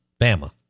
Bama